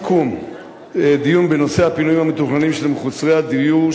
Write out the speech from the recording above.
לדיון בנושא: הפינויים המתוכננים של מחוסרי דיור,